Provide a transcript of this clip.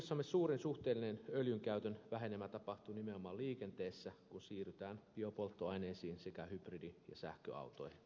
visiossamme suurin suhteellinen öljynkäytön vähenemä tapahtuu nimenomaan liikenteessä kun siirrytään biopolttoaineisiin sekä hybridi ja sähköautoihin